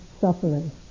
suffering